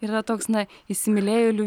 ir yra toks na įsimylėjėlių